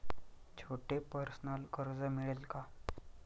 छोटे पर्सनल कर्ज मिळेल का?